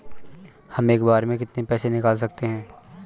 हम एक बार में कितनी पैसे निकाल सकते हैं?